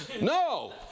No